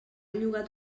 llogat